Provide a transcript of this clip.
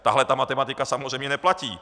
Tahle matematika samozřejmě neplatí.